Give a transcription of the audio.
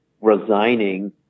resigning